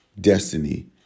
destiny